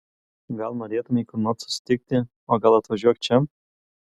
gal norėtumei kur nors susitikti o gal atvažiuok čia